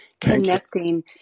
connecting